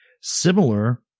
similar